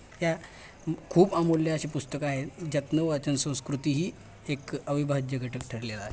या खूप अमूल्य अशी पुस्तकं आहेत ज्यातनं वाचन संस्कृती ही एक अविभाज्य घटक ठरलेला आहे